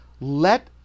Let